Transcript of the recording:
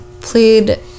played